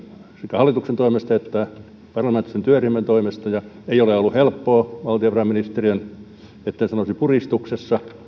hallituksen toimesta että parlamentaarisen työryhmän toimesta ja ei ole ollut helppoa valtiovarainministeriön etten sanoisi puristuksessa